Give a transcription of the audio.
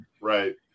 right